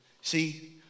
See